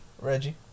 Reggie